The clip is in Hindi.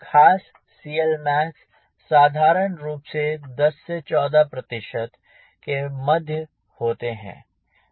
खास CLmax साधारण रूप से 10 से 14 के मध्य होते हैं